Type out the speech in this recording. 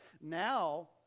Now